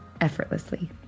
effortlessly